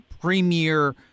premier